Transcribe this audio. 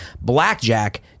Blackjack